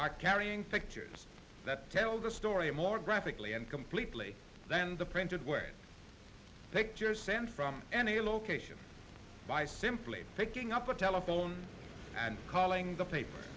are carrying pictures that tell the story more graphically and completely than the printed word pictures sent from any location by simply picking up a telephone and calling the paper